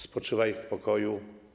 Spoczywaj w pokoju.